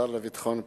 השר לביטחון פנים,